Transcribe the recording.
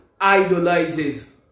idolizes